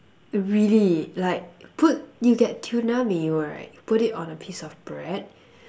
really like put you get tuna mayo right put it on a piece of bread